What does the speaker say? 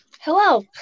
Hello